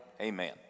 Amen